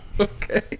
okay